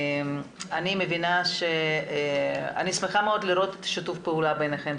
אני שמחה מאוד לראות את שיתוף הפעולה ביניכם,